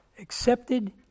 Accepted